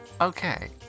Okay